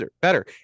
better